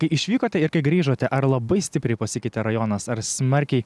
išvykote ir kai grįžote ar labai stipriai pasikeitė rajonas ar smarkiai